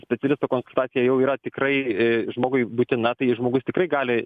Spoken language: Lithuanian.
specialisto konsultacija jau yra tikrai žmogui būtina tai žmogus tikrai gali